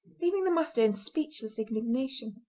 leaving the master in speechless indignation.